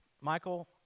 Michael